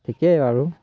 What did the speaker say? ঠিকেই বাৰু